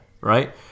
right